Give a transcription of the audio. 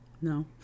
No